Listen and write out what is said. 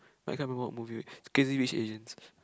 I can't remember what movie Crazy-Rich-Asians